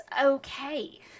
okay